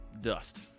dust